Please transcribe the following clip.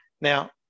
Now